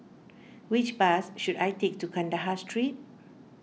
which bus should I take to Kandahar Street